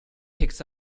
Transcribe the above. picks